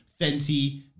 Fenty